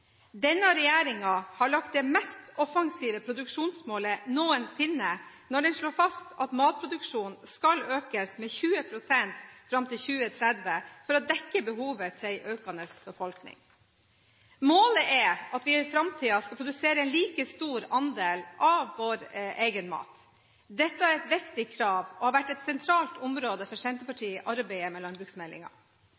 Denne regjeringen har lagt det mest offensive produksjonsmålet noensinne når den slår fast at matproduksjonen skal økes med 20 pst. fram til 2030 for å dekke behovet til en økende befolkning. Målet er at vi i framtiden skal produsere en like stor andel av vår egen mat. Dette er et viktig krav og har vært et sentralt område for